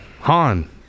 Han